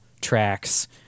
tracks